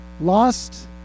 Lost